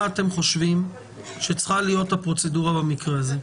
אתם חושבים שצריכה להיות הפרוצדורה במקרה הזה.